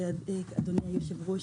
אדוני היושב-ראש,